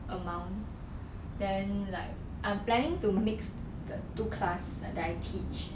amount then like I'm planning to mix the two class that I teach